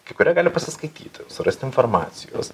kai kurie gali pasiskaityti surasti informacijos